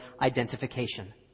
identification